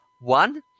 one